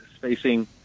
facing